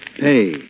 pay